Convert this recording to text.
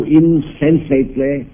insensately